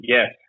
Yes